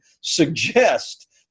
suggest